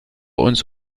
uns